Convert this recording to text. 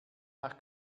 nach